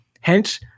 Hence